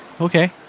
okay